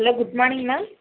hello good morning ma'am